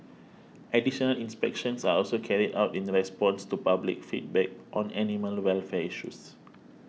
additional inspections are also carried out in the response to public feedback on animal welfare issues